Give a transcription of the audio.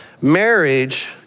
marriage